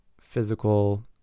physical